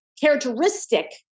characteristic